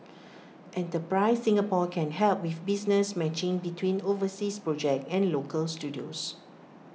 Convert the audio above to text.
enterprise Singapore can help with business matching between overseas projects and local studios